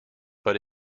but